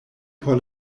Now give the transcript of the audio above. por